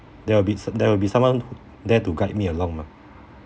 there will be there will be someone there to guide me along mah